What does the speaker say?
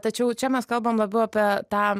tačiau čia mes kalbam labiau apie tą